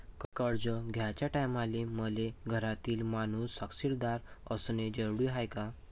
कर्ज घ्याचे टायमाले मले घरातील माणूस साक्षीदार असणे जरुरी हाय का?